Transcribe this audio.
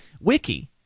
Wiki